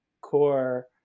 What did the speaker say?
core